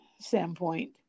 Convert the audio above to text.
standpoint